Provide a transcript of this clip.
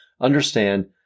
understand